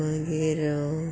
मागीर